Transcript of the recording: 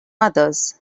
others